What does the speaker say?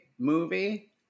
movie